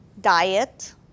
diet